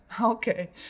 okay